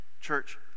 church